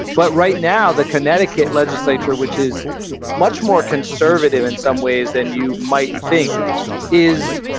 but right now, the connecticut legislature, which is much more conservative in some ways than you might think, earl, is,